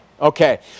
Okay